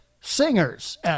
singers